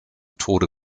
tode